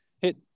Hit